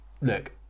Look